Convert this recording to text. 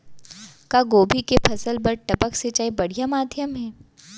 का गोभी के फसल बर टपक सिंचाई बढ़िया माधयम हे?